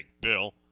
Bill